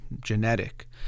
genetic